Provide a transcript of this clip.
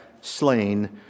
slain